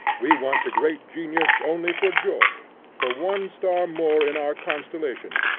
we want the great genius only for joy for one star more in our constellation,